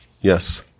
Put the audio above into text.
Yes